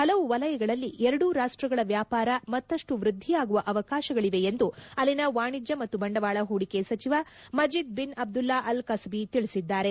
ಹಲವು ವಲಯಗಳಲ್ಲಿ ಎರಡೂ ರಾಷ್ಟಗಳ ವ್ಯಾಪಾರ ಮತ್ತಷ್ಟು ವೃದ್ದಿಯಾಗುವ ಅವಕಾಶಗಳವೆ ಎಂದು ಅಲ್ಲಿನ ವಾಣಿಜ್ಯ ಮತ್ತು ಬಂಡವಾಳ ಹೂಡಿಕೆ ಸಚಿವ Majid bin Abdullah Al Kasabi ತಿಳಿಸಿದ್ದಾರೆ